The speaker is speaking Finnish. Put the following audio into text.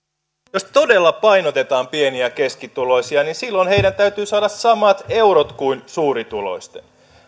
jos todella painotetaan pieni ja keskituloisia niin silloin heidän täytyy saada samat eurot kuin suurituloisten